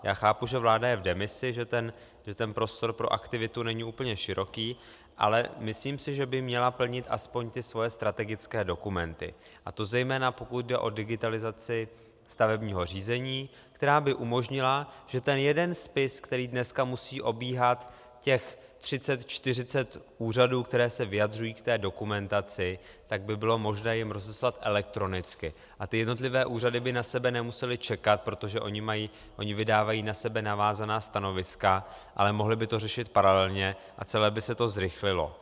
Já chápu, že vláda je v demisi, že ten prostor pro aktivitu není úplně široký, ale myslím si, že by měla plnit aspoň svoje strategické dokumenty, a to zejména pokud jde o digitalizaci stavebního řízení, která by umožnila, že by ten jeden spis, který dneska musí obíhat 30 až 40 úřadů, které se vyjadřují k té dokumentaci, bylo možno poslat elektronicky, aby jednotlivé úřady na sebe nemusely čekat, protože ony vydávají na sebe navázaná stanoviska, ale mohly by to řešit paralelně a celé by se to zrychlilo.